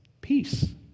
peace